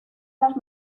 las